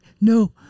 no